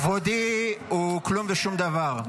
כבודי הוא כלום ושום דבר,